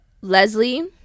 Leslie